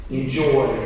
enjoy